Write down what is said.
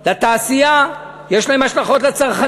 על התעשייה, יש להן השלכות על הצרכנים.